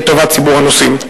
לטובת ציבור הנוסעים.